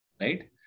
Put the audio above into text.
right